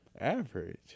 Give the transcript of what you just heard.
Average